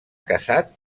casat